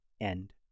end